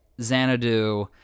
Xanadu